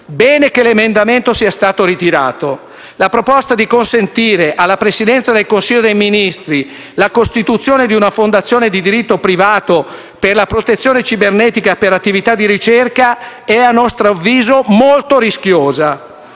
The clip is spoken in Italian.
bene che l'emendamento sia stato ritirato: la proposta di consentire alla Presidenza del Consiglio dei ministri la costituzione di una fondazione di diritto privato per la protezione cibernetica per attività di ricerca è, a nostro avviso, molto rischiosa.